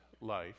life